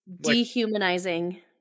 dehumanizing